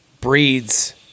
breeds